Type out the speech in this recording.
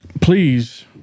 please